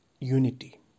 unity